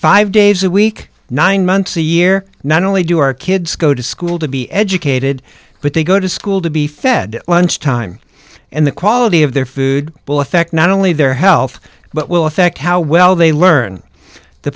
five days a week nine months a year not only do our kids go to school to be educated but they go to school to be fed lunch time and the quality of their food will affect not only their health but will affect how well they learn the